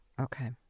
Okay